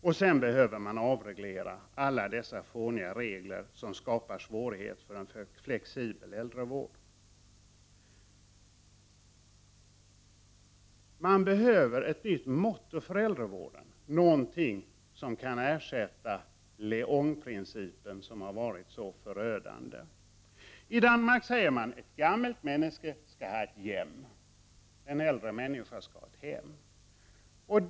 Vi behöver också avreglera och ta bort alla dessa fåniga regler som skapar svårigheter för en flexibel äldrevård. Man behöver ett nytt motto för äldrevården, något som kan ersätta LEON-principen som har varit så förödande. I Danmark säger man ”Et gamelt menneske skal ha et hjem”, en äldre människa skall ha ett hem.